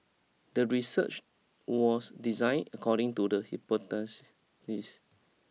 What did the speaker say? the research was designed according to the hypothesis